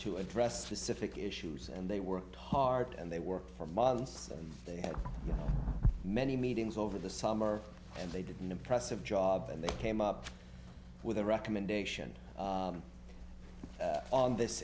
to address specific issues and they worked hard and they worked for months and they had many meetings over the summer and they didn't impressive job and they came up with a recommendation on this